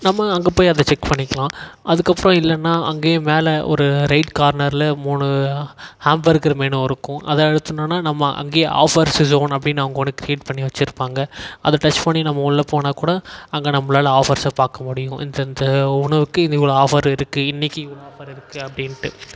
நம்ம அங்கே போய் அதை செக் பண்ணிக்கலாம் அதுக்கப்புறம் இல்லைன்னா அங்கேயே மேலே ஒரு ரைட் கார்னரில் மூணு ஹாம்பர் இருக்கிற மெனு இருக்கும் அதை அழுத்துனோன்னா நம்ம அங்கேயே ஆஃபர்ஸு ஸோன் அப்படின்னு அவங்க ஒன்று க்ரியேட் பண்ணி வைச்சிருப்பாங்க அதை டச் பண்ணி நம்ம உள்ளே போனாக்கூட அங்கே நம்மளால் ஆஃபர்ஸை பார்க்கமுடியும் இந்தெந்த உணவுக்கு இது இவ்வளோவு ஆஃபர் இருக்குது இன்னைக்கு இவ்வளோ ஆஃபர் இருக்குது அப்படின்ட்டு